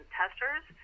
testers